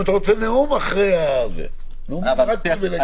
לנהל את ההסדר.